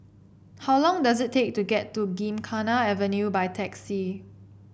how long does it take to get to Gymkhana Avenue by taxi